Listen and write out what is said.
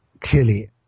clearly